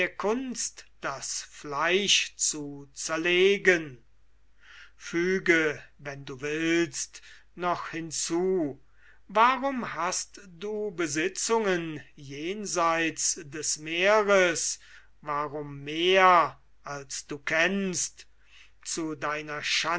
kunst das fleisch zu zerlegen füge wenn du willst noch hinzu warum hast du besitzungen jenseits des meeres warum mehr als du kennst zu deiner